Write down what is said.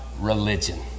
religion